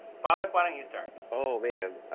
bobak, why don't you start? oh, man.